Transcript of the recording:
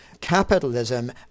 capitalism